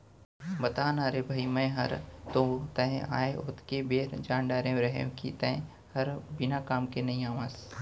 बता ना रे भई मैं हर तो तैं आय ओतके बेर जान डारे रहेव कि तैं हर बिना काम के नइ आवस